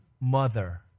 mother